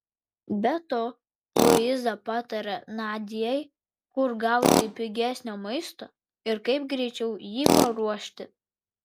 be to luiza patarė nadiai kur gauti pigesnio maisto ir kaip greičiau jį paruošti